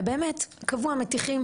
ובאמת קבוע מטיחים,